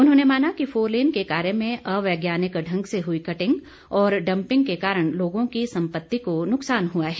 उन्होंने माना कि फोरलेन के कार्य में अवैज्ञानिक ढंग से हुई कटिंग और डंपिंग के कारण लोगों की संपत्ति को नुकसान हुआ है